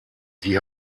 die